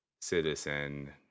citizen